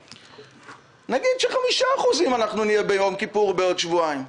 נגיד ש-5% נהיה ביום כיפור בעוד שבועיים,